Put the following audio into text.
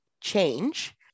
change